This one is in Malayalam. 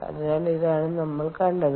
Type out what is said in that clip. അതിനാൽ ഇതാണ് നമ്മൾ കണ്ടത്